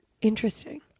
Interesting